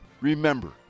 Remember